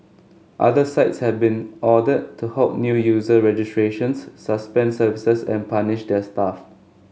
other sites have been ordered to halt new user registrations suspend services and punish their staff